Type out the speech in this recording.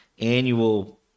annual